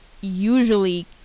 usually